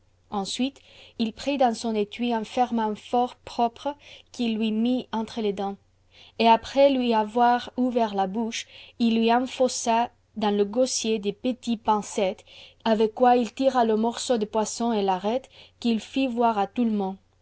ensuite il prit dans son étui un ferrement fort propre qu'i lui mit entre les dents et après lui avoir ouvert la bouche il lui enfonça dans le gosier de petites pincettes avec quoi coxthsahauhs u il m'a c morceau de poisson et t'aréte qu'it h voir à tout le monde